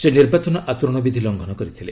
ସେ ନିର୍ବାଚନ ଆଚରଣବିଧି ଲଙ୍ଘନ କରିଥିଲେ